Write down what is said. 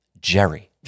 Jerry